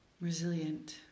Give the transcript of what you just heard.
resilient